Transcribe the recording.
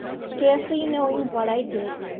scarcely knowing what i did,